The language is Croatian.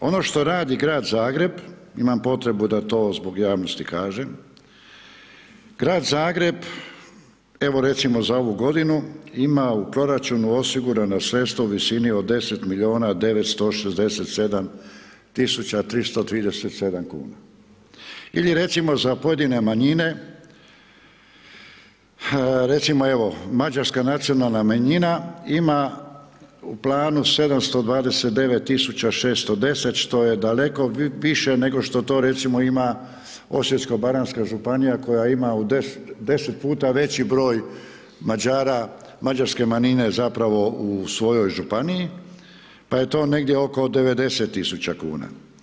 Dakle, ono što radi Grad Zagreb, imam potrebu da to zbog javnosti kažem, Grad Zagreb evo recimo za ovu godinu ima u proračunu osigurana sredstva u visini od 10 milijuna 967 tisuća 337 kuna, ili recimo za pojedine manjine, recimo evo Mađarska nacionalna manjina ima u planu 729 tisuća 610 kuna, što je daleko više nego što to recimo ima Osječko-baranjska županija koja ima u, deset puta veći broj Mađara, mađarske manjine zapravo u svojoj Županiji, pa je to negdje oko 90 tisuća kuna.